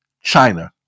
China